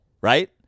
Right